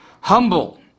humble